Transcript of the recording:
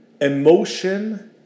emotion